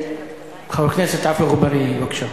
חבר הכנסת עפו אגבאריה, בבקשה.